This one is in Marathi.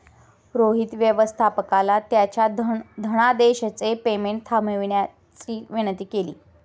रोहित व्यवस्थापकाला त्याच्या धनादेशचे पेमेंट थांबवण्याची विनंती केली